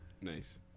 Nice